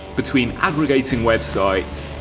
between aggregating websites,